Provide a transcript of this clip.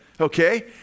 Okay